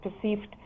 perceived